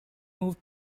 moved